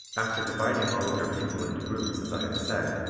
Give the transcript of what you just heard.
after dividing all of your people into groups as i have said,